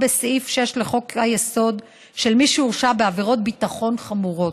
בסעיף 6 לחוק-היסוד למי שהורשע בעבירות ביטחון חמורות.